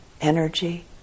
energy